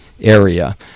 area